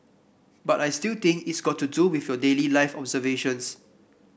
but I still think it's got to do with your daily life observations